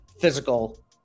physical